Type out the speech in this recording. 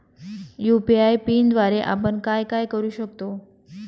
UPI पिनद्वारे आपण काय काय करु शकतो?